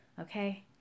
Okay